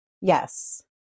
Yes